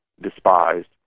despised